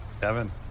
Kevin